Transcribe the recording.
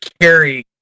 carry